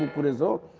what is it?